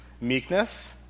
meekness